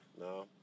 No